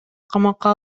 камакка